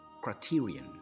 criterion